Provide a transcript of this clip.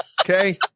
okay